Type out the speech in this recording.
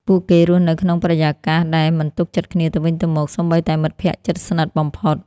ពួកគេរស់នៅក្នុងបរិយាកាសដែលមិនទុកចិត្តគ្នាទៅវិញទៅមក សូម្បីតែមិត្តភក្តិជិតស្និទ្ធបំផុត។